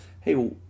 hey